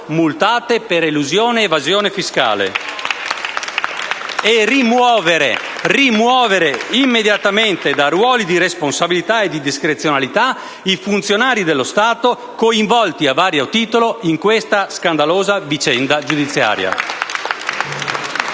fiscale *(Applausi dal Gruppo M5S)* e rimuovere immediatamente da ruoli di responsabilità e di discrezionalità i funzionari dello Stato coinvolti a vario titolo in questa scandalosa vicenda giudiziaria.